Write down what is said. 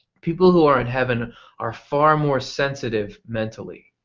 people who are in heaven are far more sensitive mentally.